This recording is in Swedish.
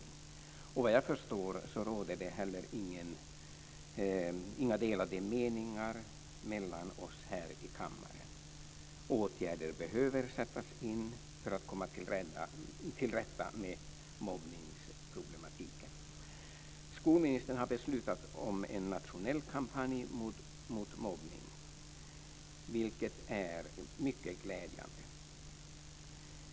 Enligt vad jag förstår råder det heller inga delade meningar mellan oss här i kammaren om att åtgärder behöver sättas in för att komma till rätta med mobbningsproblematiken. Skolministern har beslutat om en nationell kampanj mot mobbning, vilket är mycket glädjande.